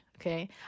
Okay